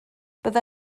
bydda